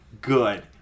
good